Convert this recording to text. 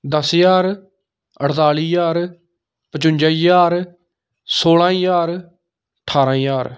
दस ज्हार अठताली ज्हार पचुंजा ज्हार सोलां ज्हार ठारां ज्हार